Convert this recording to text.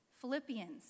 Philippians